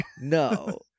No